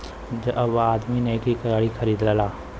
जब आदमी नैकी गाड़ी खरीदेला